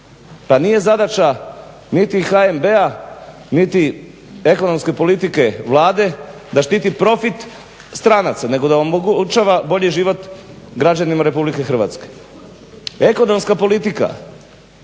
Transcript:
Pa nije zadaća niti HNB-a niti ekonomske politike Vlade da štiti profit stranaca, nego da omogućava bolji život građanima Republike Hrvatske. Ekonomska politika